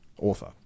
author